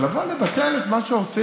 אבל לבוא לבטל את מה שעושים,